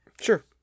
sure